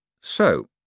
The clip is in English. So